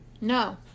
No